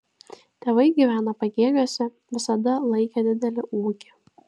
tėvai gyvena pagėgiuose visada laikė didelį ūkį